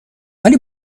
ولی